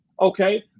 okay